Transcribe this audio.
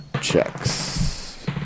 checks